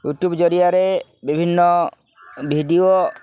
YouTube ଜରିଆରେ ବିଭିନ୍ନ video